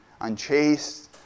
unchaste